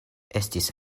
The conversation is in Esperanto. estis